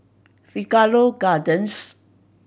Figaro Gardens